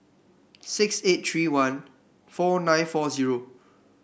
six eight three one four nine four zero